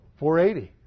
480